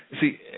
See